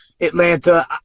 Atlanta